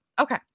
Okay